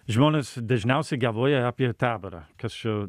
žmonės dažniausiai galvoja apie taborą kas čia